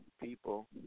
people